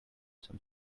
some